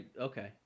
okay